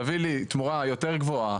תביא לי תמורה יותר גבוהה,